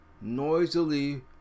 noisily